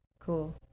Cool